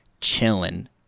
chilling